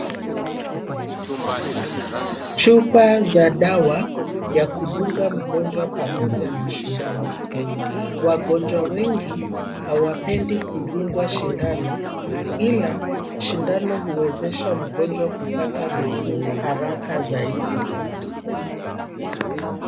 Chupa za dawa ya kudunga mgonjwa pamoja na sindano. Wagonjwa wengi hawapendi kudungwa shindano ila shindano huwezesha mgonjwa kupata nafuu haraka zaidi.